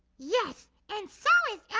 yes, and so is yeah